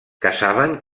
caçaven